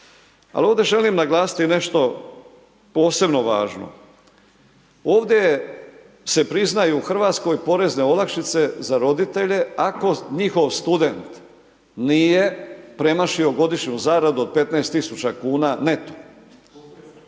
Ali ovdje želim naglasiti nešto posebno važno, ovdje se priznaju u Hrvatskoj porezne olakšice za roditelje ako njihov student nije premašio godišnju zaradu od 15.000 kuna neto,